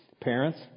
Parents